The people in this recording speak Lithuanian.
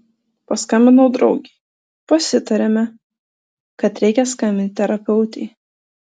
paskambinau draugei pasitarėme kad reikia skambinti terapeutei